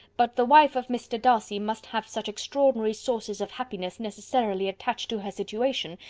but the wife of mr. darcy must have such extraordinary sources of happiness necessarily attached to her situation,